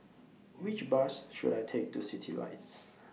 Which Bus should I Take to Citylights